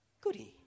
goody